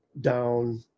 down